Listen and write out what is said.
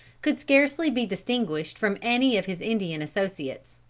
could scarcely be distinguished from any of his indian associates.